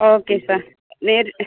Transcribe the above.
okay sir നേരി